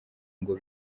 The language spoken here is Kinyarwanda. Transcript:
ngo